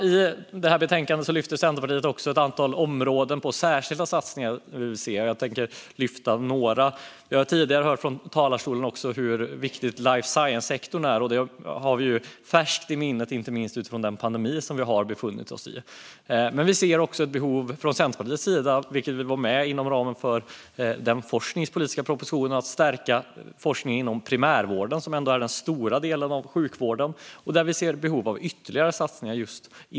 I detta betänkande lyfter Centerpartiet också fram satsningar på ett antal områden, och jag tänker ta upp några. Vi har tidigare hört från talarstolen hur viktig life science-sektorn är. Det har vi färskt i minnet, inte minst utifrån den pandemi som vi har befunnit oss i. Vi ser från Centerpartiets sida ett behov av det. Vi var också med inom ramen för den forskningspolitiska propositionen att stärka forskningen inom primärvården, som ändå är den stora delen inom sjukvården, där vi ser ett behov av ytterligare satsningar.